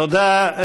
תודה,